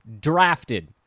drafted